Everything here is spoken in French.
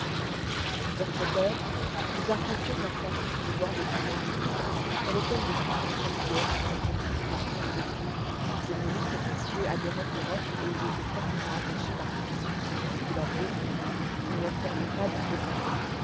vers sept heures nous arpentions enfin le banc de pintadines sur lequel les huîtres perlières se reproduisent par millions ces mollusques précieux adhéraient aux rocs et y étaient fortement attachés par ce byssus de couleur brune qui ne leur permet pas de se déplacer